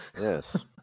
Yes